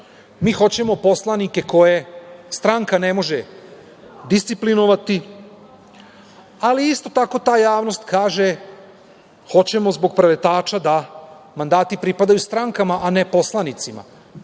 mi hoćemo poslanike koje stranka ne može disciplinovati, ali isto tako ta javnost kaže – hoćemo zbog preletača da mandati pripadaju strankama, a ne poslanicima. Ja